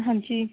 ਹਾਂਜੀ